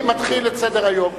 אדוני מתחיל את סדר-היום.